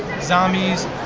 zombies